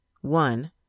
One